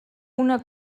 una